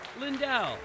Lindell